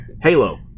Halo